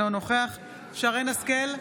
אינו נוכח שרן מרים השכל,